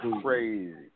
crazy